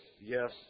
yes